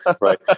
right